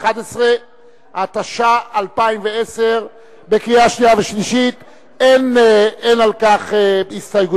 חד"ש ובל"ד בנושא דוח מבקר המדינה לא נתקבלה.